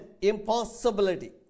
impossibility